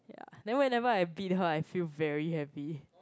then whenever I beat her I feel very happy